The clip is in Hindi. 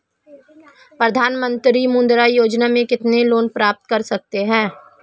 प्रधानमंत्री मुद्रा योजना में कितना लोंन प्राप्त कर सकते हैं?